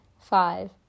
Five